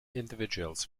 individuals